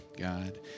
God